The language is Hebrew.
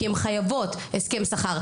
כי הן חייבות הסכם שכר.